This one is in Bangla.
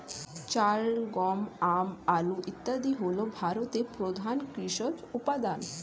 চাল, গম, আম, আলু ইত্যাদি হল ভারতের প্রধান কৃষিজ উপাদান